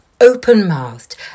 open-mouthed